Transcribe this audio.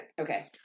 Okay